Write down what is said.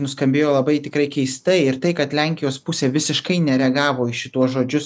nuskambėjo labai tikrai keistai ir tai kad lenkijos pusė visiškai nereagavo į šituos žodžius